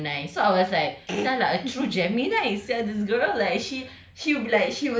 like she's a gemini so I was like sia lah a true gemini sia this girl like she